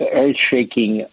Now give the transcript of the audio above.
earth-shaking